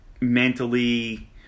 mentally